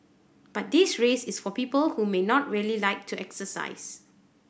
but this race is for people who may not really like to exercise